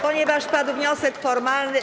Ponieważ padł wniosek formalny.